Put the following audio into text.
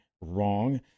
wrong